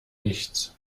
nichts